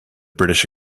british